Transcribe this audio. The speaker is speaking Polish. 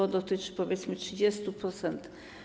To dotyczy, powiedzmy, 30%.